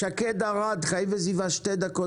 שקד ארד מארגון חיים וסביבה, שתי דקות